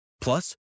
Plus